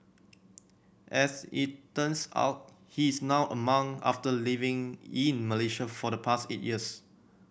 as it turns out he is now a monk after living in Malaysia for the past eight years